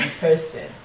person